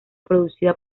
producida